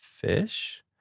fish